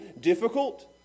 difficult